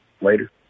Later